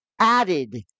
added